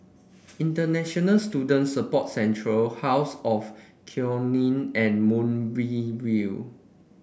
International Student Support Centre House of Nee and Moonbeam View